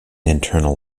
internal